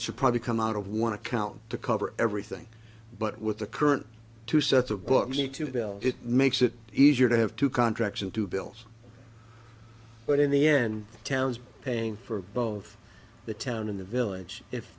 should probably come out of one account to cover everything but with the current two sets of books and two bill it makes it easier to have two contracts in two bills but in the end towns paying for both the town in the village if